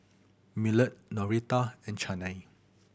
Millard Noretta and Chaney